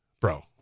bro